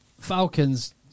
Falcons